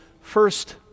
first